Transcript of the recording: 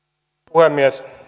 puhemies